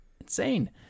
Insane